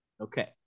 okay